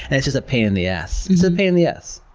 and it's just a pain in the ass. it's a pain in the ass.